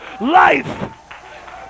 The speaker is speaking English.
life